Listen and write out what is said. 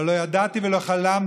אבל לא ידעתי ולא חלמתי,